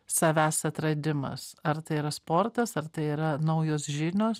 savęs atradimas ar tai yra sportas ar tai yra naujos žinios